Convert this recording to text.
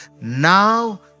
Now